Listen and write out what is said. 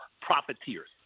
profiteers